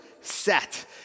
set